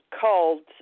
called